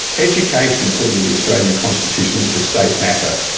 education according to the australian constitution is a state matter,